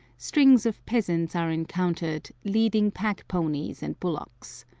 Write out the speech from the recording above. strings of peasants are encountered, leading pack-ponies and bullocks.